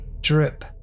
Drip